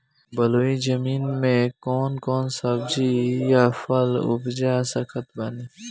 बलुई जमीन मे कौन कौन सब्जी या फल उपजा सकत बानी?